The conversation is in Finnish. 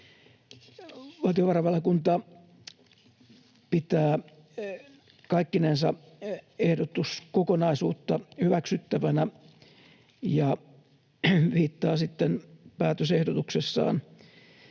Valtiovarainvaliokunta pitää kaikkinensa ehdotuskokonaisuutta hyväksyttävänä ja viittaa sitten päätösehdotuksessaan